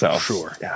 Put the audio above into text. Sure